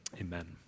amen